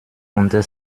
unter